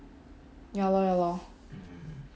ya lor ya lor